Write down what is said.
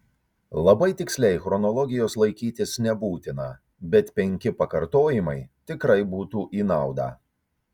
labai tiksliai chronologijos laikytis nebūtina bet penki pakartojimai tikrai būtų į naudą